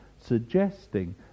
suggesting